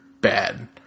bad